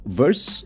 verse